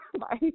Bye